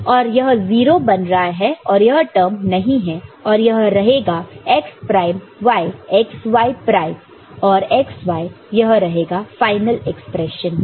तो यह 0 बन रहा है और यह टर्म नहीं है और यह रहेगा x prime y x y prime और x y यह रहेगा फाइनल एक्सप्रेशन में